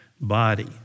body